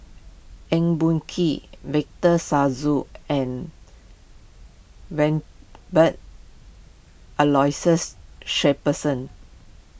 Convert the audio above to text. Eng Boh Kee Victor Sassoon and Aloysius Shepherdson